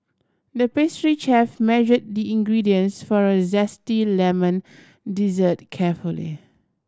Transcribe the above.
the pastry chef measured the ingredients for a zesty lemon dessert carefully